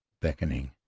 beckoning,